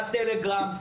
בטלגרם,